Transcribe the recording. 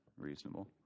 reasonable